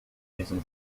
maisons